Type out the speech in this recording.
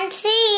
see